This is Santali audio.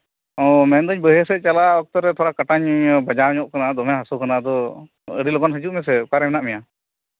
ᱚ ᱢᱮᱱᱫᱟᱹᱧ ᱵᱟᱹᱭᱦᱟᱹᱲ ᱥᱮᱫ ᱪᱟᱞᱟᱣ ᱚᱠᱛᱚᱨᱮ ᱛᱷᱚᱲᱟ ᱠᱟᱴᱟᱧ ᱵᱟᱡᱟᱣ ᱧᱚᱜ ᱠᱟᱱᱟ ᱫᱚᱢᱮ ᱦᱟᱥᱩ ᱠᱟᱱᱟ ᱟᱫᱚ ᱟᱹᱰᱤ ᱞᱚᱜᱚᱱ ᱦᱤᱡᱩᱜ ᱢᱮᱥᱮ ᱚᱠᱟᱨᱮ ᱢᱮᱱᱟᱜ ᱢᱮᱭᱟ